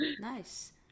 Nice